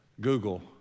Google